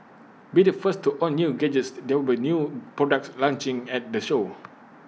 be the first to own new gadgets there will be new products launching at the show